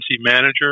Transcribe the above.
manager